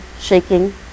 shaking